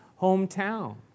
hometown